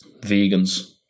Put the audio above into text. vegans